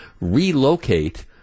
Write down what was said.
relocate